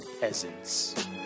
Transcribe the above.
peasants